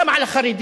גם על החרדים,